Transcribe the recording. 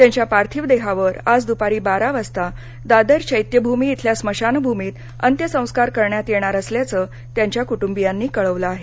त्यांच्या पार्थिव देहावर आज दुपारी बारा वाजता दादर चैत्यभूमी इथल्या स्मशानभूमीत अंत्यसंस्कार करण्यात येणार असल्याचं त्यांच्या कुटुंबीयांनी कळवलं आहे